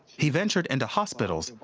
he ventured into hospitals,